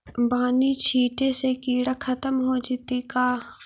बानि छिटे से किड़ा खत्म हो जितै का?